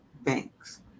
banks